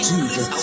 Jesus